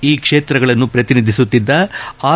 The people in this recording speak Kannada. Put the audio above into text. ಈ ಕ್ಷೇತ್ರಗಳನ್ನು ಪ್ರತಿನಿಧಿಸುತ್ತಿದ್ದ ಆರ್